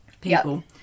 people